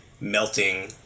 melting